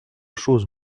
chose